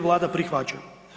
Vlada prihvaća.